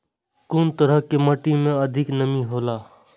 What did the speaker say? कुन तरह के माटी में अधिक नमी हौला?